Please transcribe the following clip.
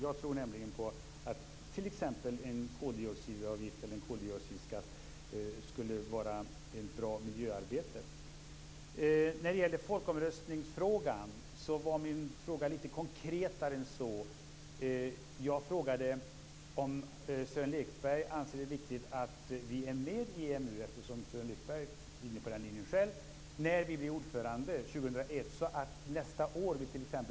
Jag tror på att en koldioxidavgift eller koldioxidskatt skulle vara bra för miljöarbetet. Min fråga om folkomröstning var lite mer konkret än så. Jag frågade om Sören Lekberg anser att det är viktigt att Sverige är med i EMU när Sverige blir ordförandeland 2001. Sören Lekberg är inne på den linjen själv.